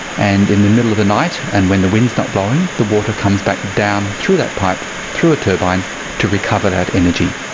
and in the middle of the night and when the wind not blowing, the water comes back down through that pipe, through a turbine to recover that energy.